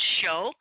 show